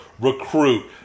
recruit